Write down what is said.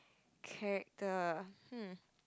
character hmm